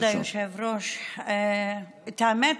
כבוד היושב-ראש, האמת,